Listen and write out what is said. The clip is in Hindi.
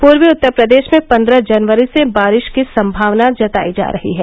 पूर्वी उत्तर प्रदेश में पन्द्रह जनवरी से बारिश की सम्भावना जतायी जा रही है